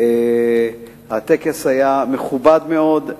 והטקס היה מכובד מאוד,